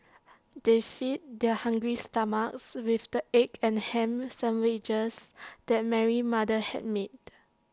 they fed their hungry stomachs with the egg and Ham Sandwiches that Mary's mother had made